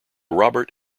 robert